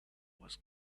was